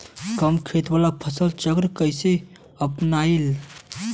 कम खेत वाला फसल चक्र कइसे अपनाइल?